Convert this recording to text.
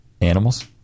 Animals